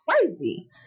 crazy